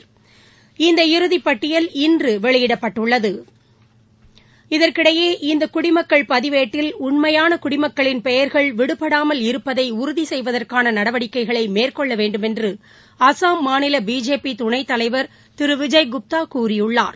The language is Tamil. இதனையடுத்து இந்த இறுதிப்பட்டியல் இன்று வெளியிடப்பட்டுள்ளது இதற்கிடையே இந்த குடிமக்கள் பதிவேட்டில் விடுபட்டவர்களில் உண்மையான குடிமக்களின் பெயர்கள் விடுபடாமல் இருப்பதை உறுதி செய்வதற்கான நடவடிக்கைகளை மேற்கொள்ள வேண்டுமென்று அஸ்ஸாம் மாநில பிஜேபி துணைத்தலைவா் திரு விஜய் குப்தா கூறியுள்ளாா்